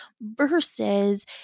Versus